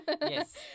Yes